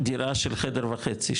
דירה של חדר וחצי,